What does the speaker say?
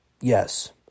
Yes